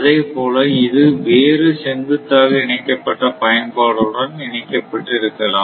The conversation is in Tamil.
அதேபோல் இது வேறு செங்குத்தாக இணைக்கப்பட்ட பயன்பாடு உடன் இணைக்கப்பட்டு இருக்கலாம்